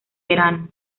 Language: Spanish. verano